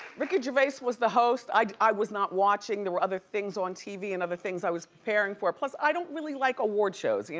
ricky gervais was the host. i was not watching there were other things on tv, and other things i was preparing for. plus, i don't really like award shows.